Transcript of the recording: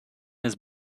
his